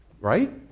Right